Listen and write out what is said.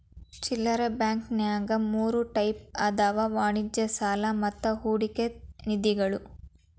ಚಿಲ್ಲರೆ ಬಾಂಕಂನ್ಯಾಗ ಮೂರ್ ಟೈಪ್ ಅದಾವ ವಾಣಿಜ್ಯ ಸಾಲಾ ಮತ್ತ ಹೂಡಿಕೆ ನಿಧಿಗಳು